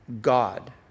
God